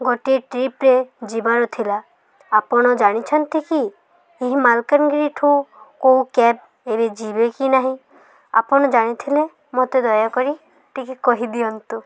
ଗୋଟିଏ ଟ୍ରିପ୍ରେ ଯିବାର ଥିଲା ଆପଣ ଜାଣିଛନ୍ତି କି ଏହି ମାଲକାନଗିରିଠୁ କେଉଁ କ୍ୟାବ୍ ଏବେ ଯିବେ କି ନାହିଁ ଆପଣ ଜାଣିଥିଲେ ମୋତେ ଦୟାକରି ଟିକେ କହିଦିଅନ୍ତୁ